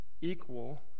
equal